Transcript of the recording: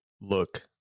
look